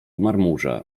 marmurze